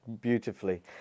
beautifully